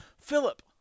Philip